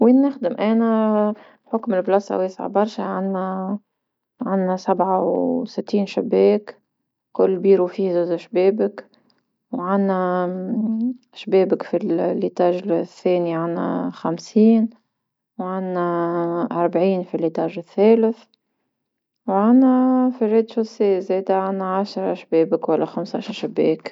وين نخدم أنا بحكم لبلاصة واسعة برشا عندنا عندنا سبعة وستين شباك، كل مكتب فيه جوج شبابك، وعندنا شبابك في الطابق الثاني عندنا خمسين. وعندنا أربعين في طابق الثالث وعندنا في الأسفل زادة عشر شبابك ولا خمسة شباك.